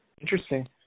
Interesting